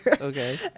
okay